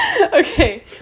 okay